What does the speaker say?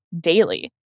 daily